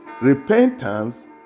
Repentance